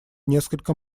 несколько